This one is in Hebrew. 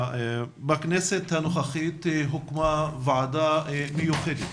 בכנסת הנוכחית הוקמה ועדה מיוחדת